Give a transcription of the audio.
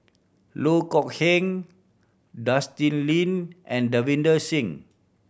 Loh Kok Heng Justin Lean and Davinder Singh